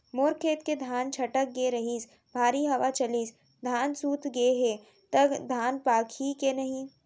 मोर खेत के धान छटक गे रहीस, भारी हवा चलिस, धान सूत गे हे, त धान पाकही के नहीं?